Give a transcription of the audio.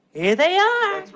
here they are